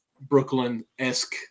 Brooklyn-esque